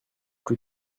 plus